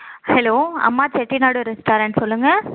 hello அம்மா Chettinad restaurant சொல்லுங்கள்